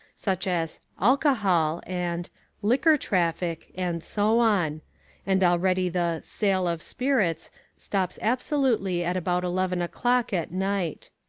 such as alcohol and liquor traffic and so on and already the sale of spirits stops absolutely at about eleven o'clock at night.